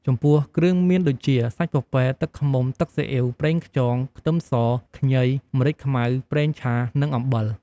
ចំពោះគ្រឿងមានដូចជា សាច់ពពែ ទឹកឃ្មុំ ទឹកស៊ីអ៉ីវ ប្រេងខ្យង ខ្ទឹមស ខ្ញី ម្រេចខ្មៅ ប្រេងឆា និងអំបិល។